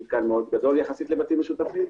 מאוד גדול יחסית לבתים משותפים,